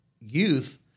youth